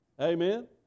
Amen